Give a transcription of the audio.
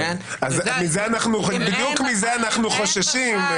בדיוק מזה אנחנו חוששים,